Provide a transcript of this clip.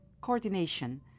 coordination